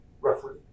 roughly